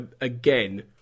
again